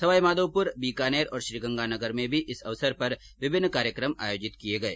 सवाईमाधोपुर बीकानेर और श्रीगंगानगर में भी इस अवसर पर विभिन्न कार्यक्रम आयोजित किये गये